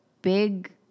big